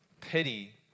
pity